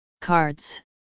Cards